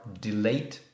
delayed